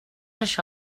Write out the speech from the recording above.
això